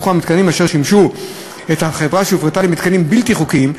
יהפכו המתקנים אשר שימשו את החברה שהופרטה למתקנים בלתי-חוקיים,